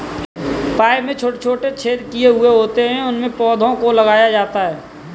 pipe में छोटे छोटे छेद किए हुए होते हैं उनमें पौधों को लगाया जाता है